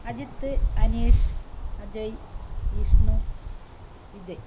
Ajith Aneesh Ajay Vishnu Vijay